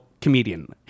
comedian